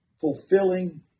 fulfilling